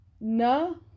No